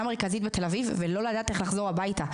מרכזית בתל אביב ולא לדעת איך לחזור הביתה.